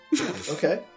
okay